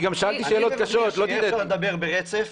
אני מבקש שיהיה אפשר לדבר ברצף,